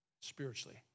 spiritually